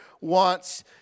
wants